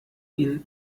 ihm